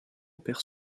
perd